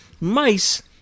mice